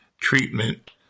treatment